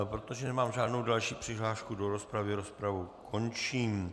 Protože nemám žádnou další přihlášku do rozpravy, rozpravu končím.